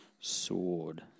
sword